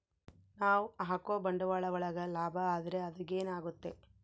ನಾವ್ ಹಾಕೋ ಬಂಡವಾಳ ಒಳಗ ಲಾಭ ಆದ್ರೆ ಅದು ಗೇನ್ ಆಗುತ್ತೆ